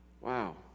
Wow